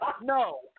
No